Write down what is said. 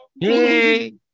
Hey